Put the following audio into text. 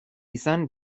izan